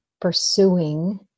pursuing